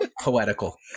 poetical